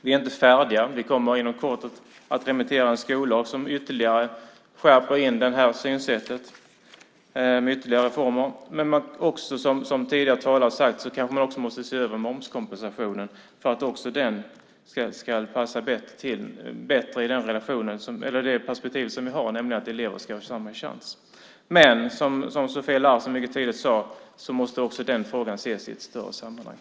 Vi är inte färdiga; vi kommer inom kort att remittera en skollag som ytterligare skärper in detta synsätt med ytterligare reformer. Men som tidigare talare har sagt måste man kanske också se över momskompensationen så att också den ska passa bättre i det perspektiv vi har, nämligen att elever ska få samma chans. Som Sofia Larsen sade tidigare måste dock den frågan ses i ett större sammanhang.